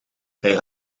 hij